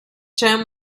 gem